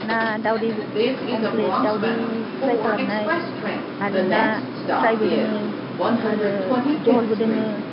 ना दाउदै अमलेट दाउदै फ्राय खालामनाय आरो ना फ्रायबो दोङो आरो जहलबो दोङो